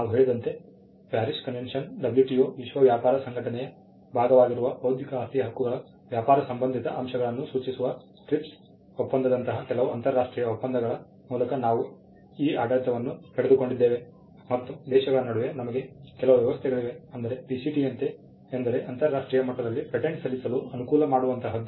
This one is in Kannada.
ನಾವು ಹೇಳಿದಂತೆ ಪ್ಯಾರಿಸ್ ಕನ್ವೆನ್ಷನ್ WTO ವಿಶ್ವ ವ್ಯಾಪಾರ ಸಂಘಟನೆಯ ಭಾಗವಾಗಿರುವ ಬೌದ್ಧಿಕ ಆಸ್ತಿಯ ಹಕ್ಕುಗಳ ವ್ಯಾಪಾರ ಸಂಬಂಧಿತ ಅಂಶಗಳನ್ನು ಸೂಚಿಸುವ TRIPS ಒಪ್ಪಂದದಂತಹ ಕೆಲವು ಅಂತರರಾಷ್ಟ್ರೀಯ ಒಪ್ಪಂದಗಳ ಮೂಲಕ ನಾವು ಈ ಆಡಳಿತವನ್ನು ಪಡೆದುಕೊಂಡಿದ್ದೇವೆ ಮತ್ತು ದೇಶಗಳ ನಡುವೆ ನಮಗೆ ಕೆಲವು ವ್ಯವಸ್ಥೆಗಳಿವೆ ಅಂದರೆ PCT ಯಂತೆ ಎಂದರೆ ಅಂತರರಾಷ್ಟ್ರೀಯ ಮಟ್ಟದಲ್ಲಿ ಪೇಟೆಂಟ್ ಸಲ್ಲಿಸಲು ಅನುಕೂಲ ಮಾಡುವಂತಹದ್ದು